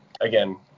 again